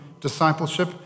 discipleship